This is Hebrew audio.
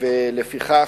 לפיכך,